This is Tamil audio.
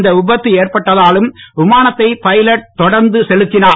இந்த விபத்து ஏற்பட்டாலும் விமானத்தை பைலட் தொடர்ந்து செலுத்தினர்